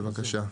בבקשה.